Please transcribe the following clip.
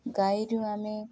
ଗାଈରୁ ଆମେ